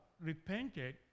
repented